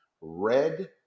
red